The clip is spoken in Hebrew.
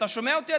אתה שומע אותי,